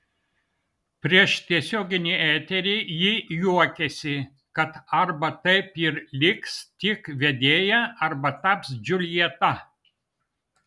prieš tiesioginį eterį ji juokėsi kad arba taip ir liks tik vedėja arba taps džiuljeta